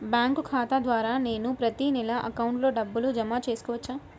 Bank ఖాతా ద్వారా నేను ప్రతి నెల అకౌంట్లో డబ్బులు జమ చేసుకోవచ్చా?